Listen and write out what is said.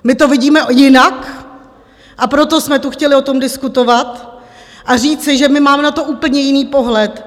My to vidíme jinak, a proto jsme tu chtěli o tom diskutovat a říci, že my máme na to úplně jiný pohled.